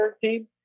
team